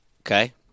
Okay